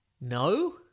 No